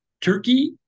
Turkey